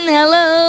Hello